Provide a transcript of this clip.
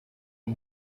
con